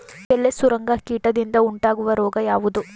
ಎಲೆ ಸುರಂಗ ಕೀಟದಿಂದ ಉಂಟಾಗುವ ರೋಗ ಯಾವುದು?